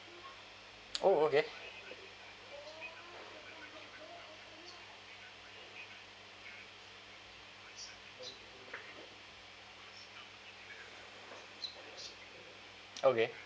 oh okay okay